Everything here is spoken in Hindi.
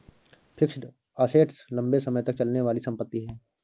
फिक्स्ड असेट्स लंबे समय तक चलने वाली संपत्ति है